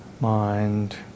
mind